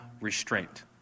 restraint